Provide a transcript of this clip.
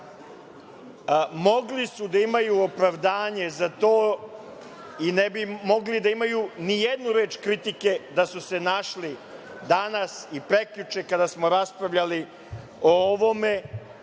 Mogli su da imaju opravdanje za to i ne bi mogli da imaju nijednu reč kritike da su se našli danas i prekjuče, kada smo raspravljali o ovome,